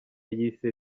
yise